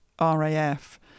RAF